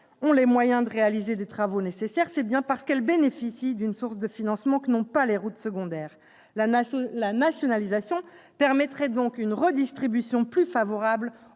ont les moyens de réaliser les travaux nécessaires, c'est bien parce qu'elles bénéficient d'une source de financement que n'ont pas les routes secondaires. La nationalisation permettrait donc une redistribution plus favorable